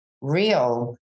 real